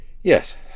Yes